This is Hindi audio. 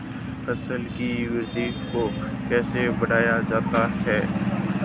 फसल की वृद्धि को कैसे बढ़ाया जाता हैं?